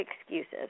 excuses